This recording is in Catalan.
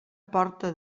porta